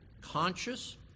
conscious